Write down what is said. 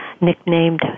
nicknamed